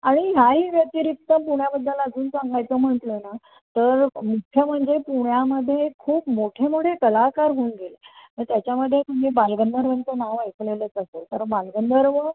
आणि ह्याही व्यतिरिक्त पुण्याबद्दल अजून सांगायचं म्हटलं ना तर मुख्य म्हणजे पुण्यामध्ये खूप मोठे मोठे कलाकार होऊन गेले त त्याच्यामध्ये तुम्ही बालगंधर्वांचं नाव ऐकलेलंच असेल कारण बालगंधर्व